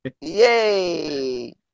Yay